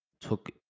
took